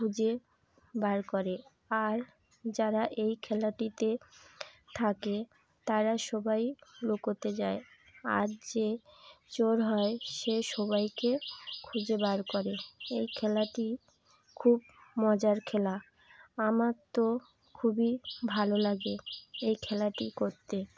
খুঁজে বার করে আর যারা এই খেলাটিতে থাকে তারা সবাই লুকোতে যায় আর যে চোর হয় সে সবাইকে খুঁজে বার করে এই খেলাটি খুব মজার খেলা আমার তো খুবই ভালো লাগে এই খেলাটি করতে